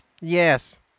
yes